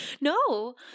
No